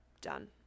done